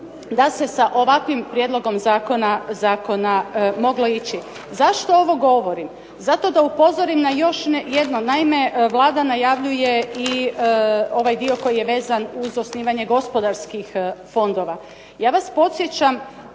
da se sa ovakvim prijedlogom zakona moglo ići. Zašto ovo govorim? Zato da upozorim na još jedno. Naime, Vlada najavljuje i ovaj dio koji je vezan uz osnivanje gospodarskih fondova. Ja vas podsjećam